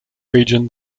region